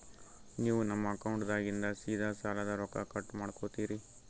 ನೀವು ನಮ್ಮ ಅಕೌಂಟದಾಗಿಂದ ಸೀದಾ ಸಾಲದ ರೊಕ್ಕ ಕಟ್ ಮಾಡ್ಕೋತೀರಿ?